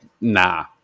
nah